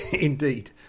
Indeed